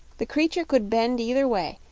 the creature could bend either way,